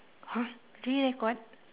eh did you record